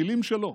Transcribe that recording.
מילים שלו,